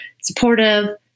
supportive